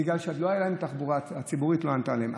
בגלל שהתחבורה הציבורית לא נתנה להם מענה.